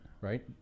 right